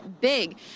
big